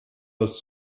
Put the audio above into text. das